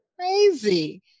crazy